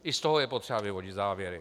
I z toho je potřeba vyvodit závěry.